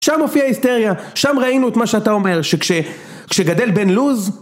שם הופיע ההיסטריה, שם ראינו את מה שאתה אומר, שכשגדל בן לוז